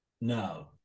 No